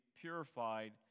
purified